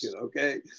okay